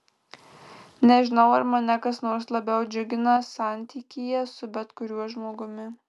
nežinau ar mane kas nors labiau džiugina santykyje su bet kuriuo žmogumi